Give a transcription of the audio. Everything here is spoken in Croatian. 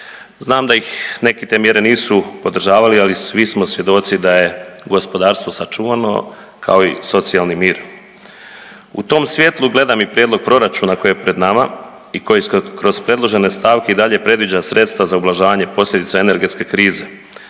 znam da ih, neki te mjere nisu podržavali, ali svi smo svjedoci da je gospodarstvo sačuvano, kao i socijalni mir. U tom svijetlu gledam i prijedlog proračuna koji je pred nama i koji kroz predložene stavke i dalje predviđa sredstva za ublažavanje posljedica energetske krize,